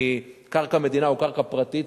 מקרקע מדינה או מקרקע פרטית,